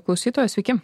klausytojo sveiki